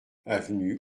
avenue